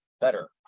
better